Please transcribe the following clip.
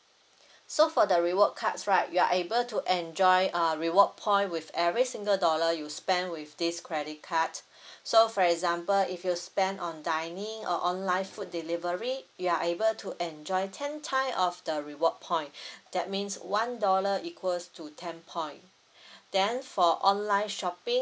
so for the reward cards right you are able to enjoy uh reward point with every single dollar you spend with this credit card so for example if you spend on dining or online food delivery you are able to enjoy ten time of the reward point that means one dollar equals to ten point then for online shopping